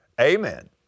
Amen